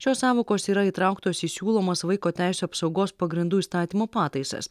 šios sąvokos yra įtrauktos į siūlomos vaiko teisių apsaugos pagrindų įstatymo pataisas